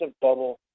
bubble